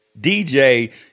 DJ